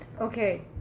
okay